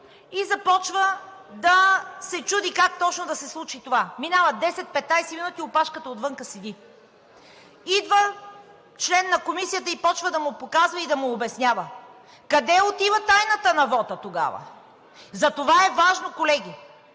и започва да се чуди как точно да се случи това. Минават 10, 15 минути, опашката отвън седи. Идва член на комисията и започва да му показва и да му обяснява. Къде отива тайната на вота тогава?! Затова е важно, колеги,